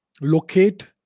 locate